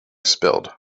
spilled